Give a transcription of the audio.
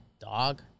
dog